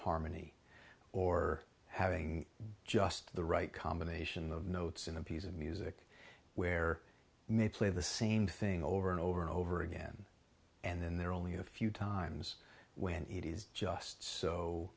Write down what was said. harmony or having just the right combination of notes in a piece of music where may play the same thing over and over and over again and then there are only a few times when it is just so